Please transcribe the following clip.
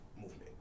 Movement